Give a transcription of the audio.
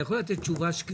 אתה יכול לתת תשובה שקטה?